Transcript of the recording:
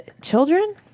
children